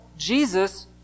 Jesus